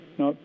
no